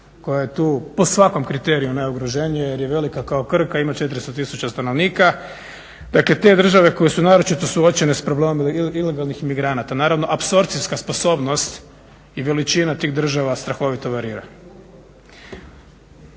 koja je tu po svakom kriteriju najugroženija jer je velika kao Krka, ima 400 tisuća stanovnika. Dakle, te države koje su naročito suočene s problemom ilegalnih imigranata. Naravno apsorpcijska sposobnost i veličina tih država strahovito varira.